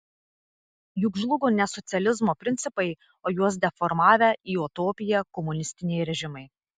juk žlugo ne socializmo principai o juos deformavę į utopiją komunistiniai režimai